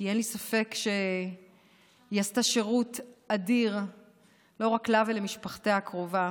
כי אין לי ספק שהיא עשתה שירות אדיר לא רק לה ולמשפחתה הקרובה